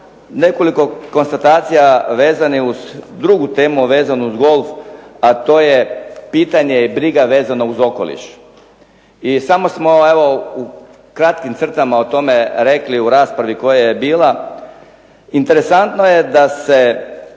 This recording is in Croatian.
nekoliko konstatacija vezanih uz drugu temu vezanu uz golf, a to je pitanje i briga vezano uz okoliš. I samo smo evo u kratkim crtama o tome rekli u raspravi koja je bila. Interesantno je da se